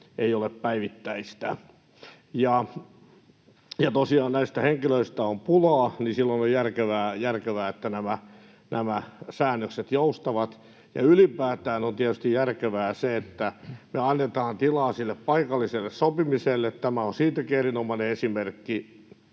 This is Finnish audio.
ei ole päivittäistä. Tosiaan näistä henkilöistä on pulaa, ja silloin on järkevää, että nämä säännökset joustavat. Ylipäätään on tietysti järkevää, että me annetaan tilaa sille paikalliselle sopimiselle, ja tämä on siitäkin erinomainen esimerkki.